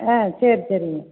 சரி சரிங்க